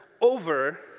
over